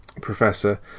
professor